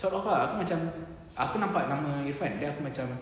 sort of ah aku macam aku nampak nama irfan then aku macam